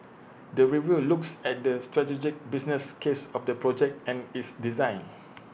the review looks at the strategic business case of the project and its design